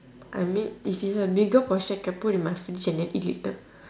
I mean if it's a bigger portion can put in my fridge and then eat later